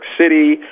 City